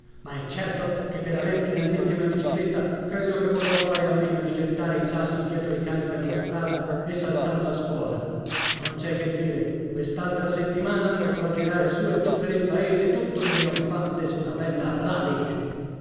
ma è certo che per aver finalmente una bicicletta credo che potrò fare a meno di gettare i sassi dietro i cani per la strada e salar la scuola non c'è che dire quest'altra settimana potrò girare su e giù per il paese tutto trionfante su una bella